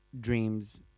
dreams